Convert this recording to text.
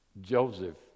Joseph